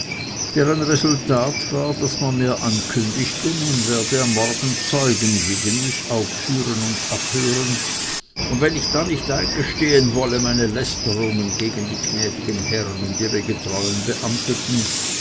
resultat war daß man mir ankündigte man werde am morgen zeugen gegen mich aufführen und abhören und wenn ich dann nicht eingestehen wolle meine lästerungen gegen die gnädigen herren und ihre getreuen beamteten